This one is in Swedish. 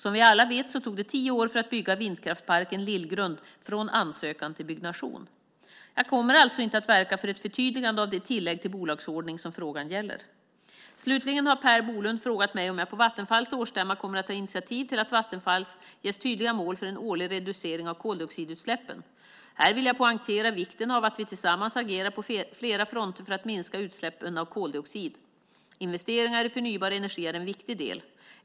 Som vi alla vet tog det tio år att bygga vindkraftsparken Lillgrund - från ansökan till byggnation. Jag kommer alltså inte att verka för ett förtydligande av det tillägg till bolagsordning som frågan gäller. Slutligen har Per Bolund frågat mig om jag på Vattenfalls årsstämma kommer att ta initiativ till att Vattenfall ges tydliga mål för en årlig reducering av koldioxidutsläppen. Här vill jag poängtera vikten av att vi tillsammans agerar på flera fronter för att minska utsläppen av koldioxid. Investeringar i förnybar energi är en viktig del.